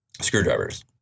Screwdrivers